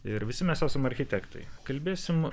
ir visi mes esam architektai kalbėsim